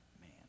man